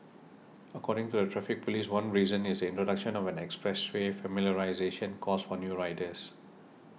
according to the Traffic Police one reason is the introduction of an expressway familiarisation course for new riders